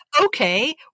Okay